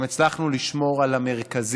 גם הצלחנו לשמור על המרכזים,